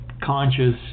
conscious